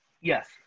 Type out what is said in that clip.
Yes